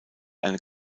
eine